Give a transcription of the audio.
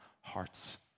hearts